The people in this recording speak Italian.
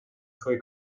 suoi